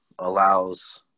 allows